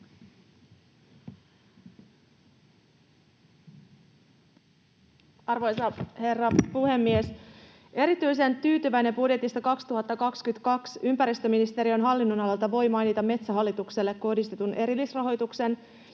Arvoisa herra puhemies! Erityisen tyytyväisenä budjetista 2022 ympäristöministeriön hallinnonalalta voin mainita Metsähallitukselle kohdistetun erillisrahoituksen,